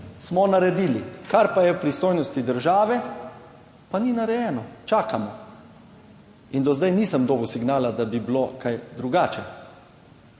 smo naredili, kar pa je v pristojnosti države pa ni narejeno čakamo in do zdaj nisem dobil signala, da bi bilo kaj drugače.